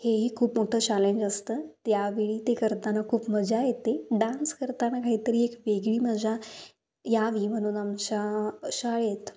हेही खूप मोठं चॅलेंज असतं त्यावेळी ते करताना खूप मजा येते डान्स करताना काहीतरी एक वेगळी मजा यावी म्हणून आमच्या शाळेत